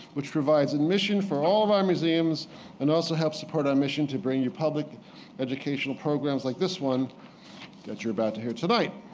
which provides admission for all of our museums and also helps support our mission to bring you public educational programs like this one that you're about to hear tonight.